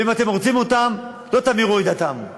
ואם אתם רוצים אותם, לא תמירו את דתם,